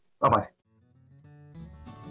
Bye-bye